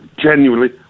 genuinely